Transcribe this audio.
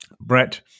Brett